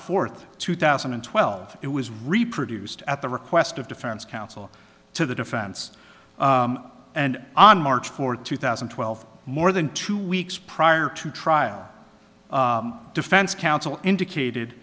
fourth two thousand and twelve it was reproduced at the request of defense counsel to the defense and on march fourth two thousand and twelve more than two weeks prior to trial defense counsel indicated